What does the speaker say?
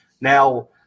Now